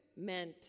meant